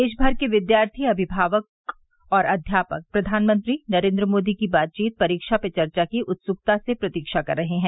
देशभर के विद्यार्थी अध्यापक और अभिभावक प्रधानमंत्री नरेंद्र मोदी की बातचीत परीक्षा पे चर्चा की उत्सुकता से प्रतीक्षा कर रहे हैं